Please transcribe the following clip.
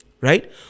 Right